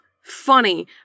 funny